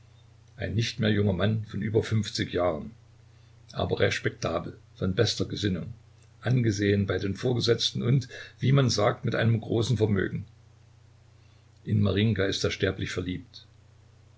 ein nicht mehr junger mann von über fünfzig jahren aber respektabel von bester gesinnung angesehen bei den vorgesetzten und wie man sagt mit einem großen vermögen in marinjka ist er sterblich verliebt